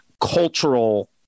cultural